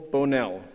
Bonell